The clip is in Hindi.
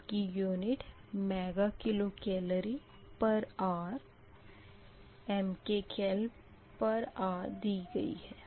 इसकी unit mega kilo calorie per hour MKcalhr दी गई है